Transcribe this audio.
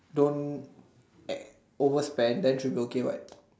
don't e~ overspend then should be okay what